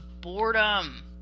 boredom